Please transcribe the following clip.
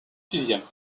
sixième